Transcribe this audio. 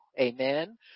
Amen